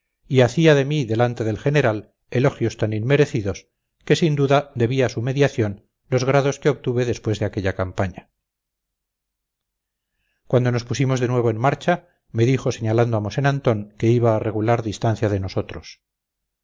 y hacía de mí delante del general elogios tan inmerecidos que sin duda debí a su mediación los grados que obtuve después de aquella campaña cuando nos pusimos de nuevo en marcha me dijo señalando a mosén antón que iba a regular distancia de nosotros